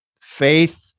faith